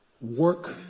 work